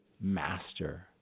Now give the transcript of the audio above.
master